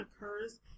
occurs